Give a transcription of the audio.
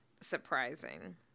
surprising